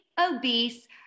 obese